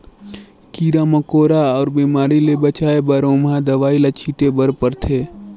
कीरा मकोरा अउ बेमारी ले बचाए बर ओमहा दवई ल छिटे बर परथे